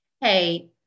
hey